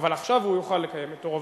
אבל עכשיו הוא יוכל לקיים את תורו.